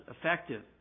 effective